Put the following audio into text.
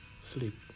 sleep